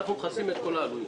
אנחנו מכסים את כל העלויות,